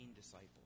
disciple